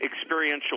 experiential